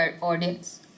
audience